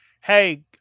Hey